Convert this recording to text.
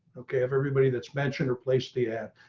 okay, if everybody that's mentioned replace the app.